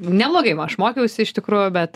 neblogai aš mokiausi iš tikrųjų bet